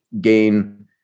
gain